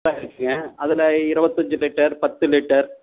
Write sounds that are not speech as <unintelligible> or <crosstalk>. <unintelligible> இருக்குதுங்க அதில் இருபத்தஞ்சி லிட்டர் பத்து லிட்டர்